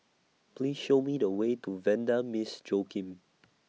Please Show Me The Way to Vanda Miss Joaquim